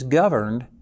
governed